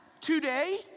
today